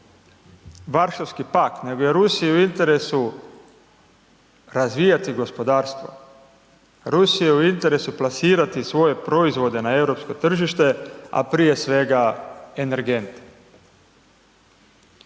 Varšavski pakt, nego je Rusiji u interesu razvijati gospodarstvo, Rusiji je u interesu plasirati svoje proizvode na europsko tržište, a prije svega energente.